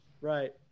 right